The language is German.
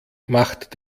macht